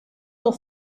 del